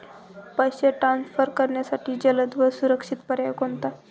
पैसे ट्रान्सफर करण्यासाठी जलद व सुरक्षित पर्याय कोणता?